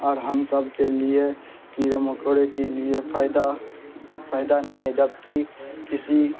اور ہم سب کے لیے کیڑے مکوڑے کے لیے فائدہ فائدہ نہیں ہے جبکہ کسی